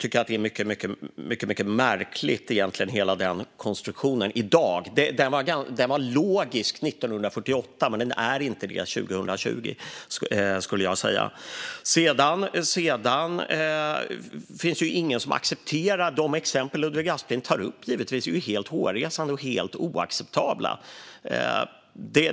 Hela den konstruktionen är märklig i dag. Den var logisk 1948, men den är inte det 2020. Det finns ingen som accepterar de exempel Ludvig Aspling tar upp. De är helt hårresande och helt oacceptabla.